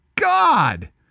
God